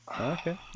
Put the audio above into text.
Okay